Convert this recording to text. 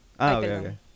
okay